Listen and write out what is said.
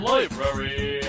Library